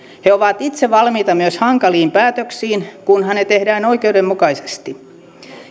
he ovat itse valmiita myös hankaliin päätöksiin kunhan ne tehdään oikeudenmukaisesti